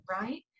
right